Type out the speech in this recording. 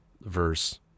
verse